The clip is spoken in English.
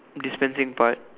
distance same part